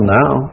now